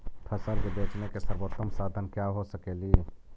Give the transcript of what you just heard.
फसल के बेचने के सरबोतम साधन क्या हो सकेली?